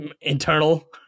internal